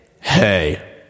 hey